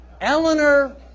Eleanor